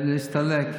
להסתלק.